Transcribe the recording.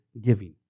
giving